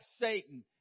Satan